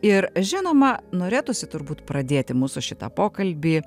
ir žinoma norėtųsi turbūt pradėti mūsų šitą pokalbį